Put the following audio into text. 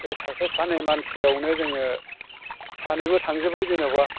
बे सासे सानै मानसियावनो जोङो सानैबो थांजोबबाय जेनेबा